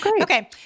Okay